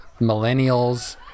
millennials